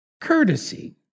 Courtesy